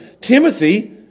Timothy